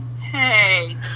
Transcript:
hey